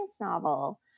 novel